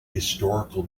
historical